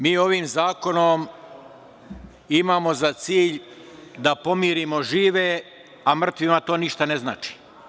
Mi ovim zakonom imamo za cilj da pomirimo žive, a mrtvima to ništa ne znači.